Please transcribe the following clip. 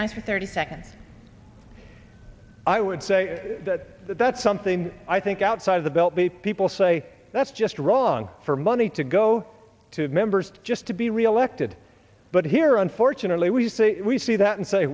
nice thirty second i would say that that's something i think outside the beltway people say that's just wrong for money to go to members just to be reelected but here unfortunately we say we see that and say